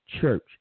church